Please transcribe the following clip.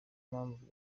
mpamvu